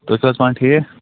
تُہۍ چھُو حظ پانہٕ ٹھیٖک